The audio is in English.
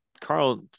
Carl